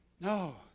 No